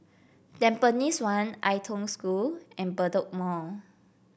Tampines one Ai Tong School and Bedok Mall